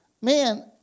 man